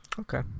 Okay